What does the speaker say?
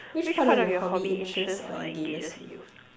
which part of your hobby interests or engages you